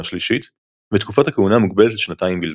שלישית ותקופת הכהונה מוגבלת לשנתיים בלבד.